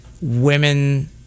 women